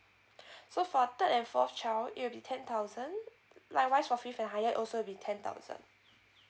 so far third and fourth child it'll be ten thousand likewise for fifth and higher also will be tent thousand